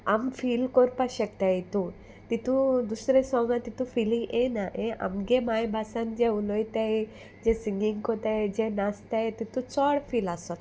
आमी फील कोरपा शकताय हितू तितू दुसरे सोंगान तितू फिलींग येना हे आमगे मायभासान जे उलोयताय जे सिंगींग कोत्ताय जे नाचताय तितू चोड फील आसोता